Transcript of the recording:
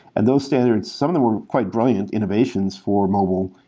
and those standards some of them were quite brilliant innovations for mobile,